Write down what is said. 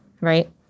right